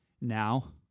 Now